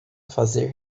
fazer